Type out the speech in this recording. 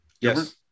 Yes